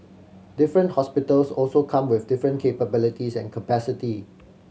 different hospitals also come with different capabilities and capacity